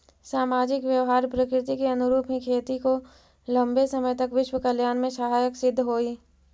सामाजिक व्यवहार प्रकृति के अनुरूप ही खेती को लंबे समय तक विश्व कल्याण में सहायक सिद्ध होई